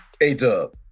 A-Dub